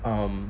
um